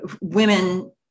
women